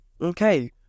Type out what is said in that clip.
okay